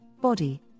body